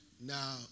Now